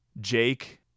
Jake